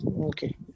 Okay